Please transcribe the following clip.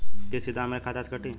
किस्त सीधा हमरे खाता से कटी?